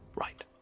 Right